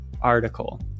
article